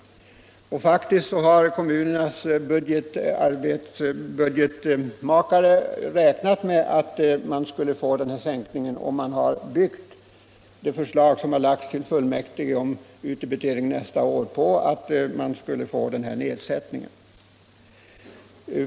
Faktiskt har kommunernas budgetmakare räknat med en sänkning och byggt de förslag som har lagts till fullmäktige om utdebitering nästa år på att man skulle få den här nedsättningen.